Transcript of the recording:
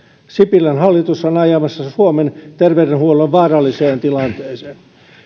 sipilän hallitus on ajamassa suomen terveydenhuollon vaaralliseen tilanteeseen